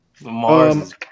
Mars